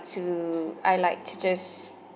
to I like to just